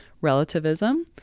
relativism